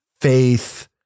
faith